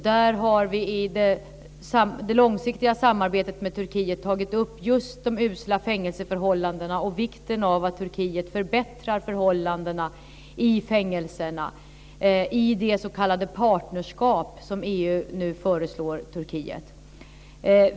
Där har vi i det långsiktiga samarbetet med Turkiet tagit upp just de usla fängelseförhållandena och vikten av att Turkiet förbättrar förhållandena i fängelserna i det s.k. partnerskap som EU nu föreslår Turkiet.